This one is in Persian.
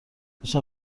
داشتم